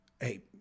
Hey